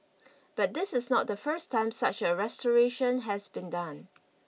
but this is not the first time such a restoration has been done